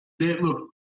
Look